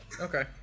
Okay